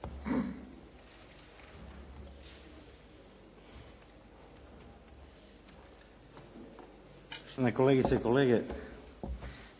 Poštovane kolegice i kolege